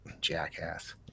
jackass